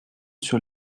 sur